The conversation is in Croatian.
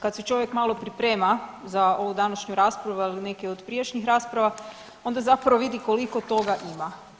Kad se čovjek malo priprema za ovu današnju raspravu, ali i neke od prijašnjih rasprava, onda zapravo vidi koliko toga ima.